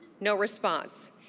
no response.